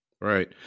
Right